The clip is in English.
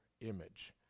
image